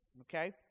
okay